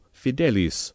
fidelis